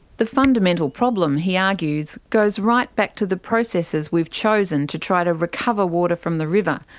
the fundamental problem, he argues, goes right back to the processes we've chosen to try to recover water from the river,